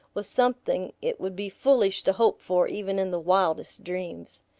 was something it would be foolish to hope for even in the wildest dreams.